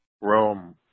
Rome